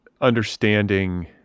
understanding